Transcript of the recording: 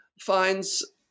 finds